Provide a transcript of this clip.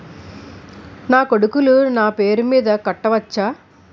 నా కొడుకులు నా పేరి మీద కట్ట వచ్చా?